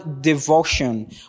devotion